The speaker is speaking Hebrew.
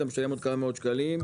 אתה משלם כמה מאות שקלים.